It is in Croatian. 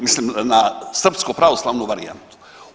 Mislim na srpsko-pravoslavnu varijantu.